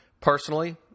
personally